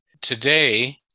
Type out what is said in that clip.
today